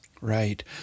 Right